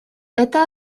это